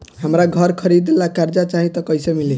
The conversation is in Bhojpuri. हमरा घर खरीदे ला कर्जा चाही त कैसे मिली?